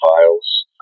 Files